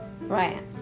right